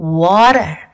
water